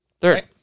Third